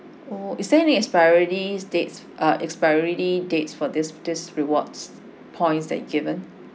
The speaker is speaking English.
oh is there any expiry dates uh expiry dates for this this rewards points that given